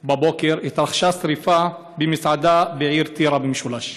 11:00 פרצה שרפה במסעדה בעיר טירה שבמשולש.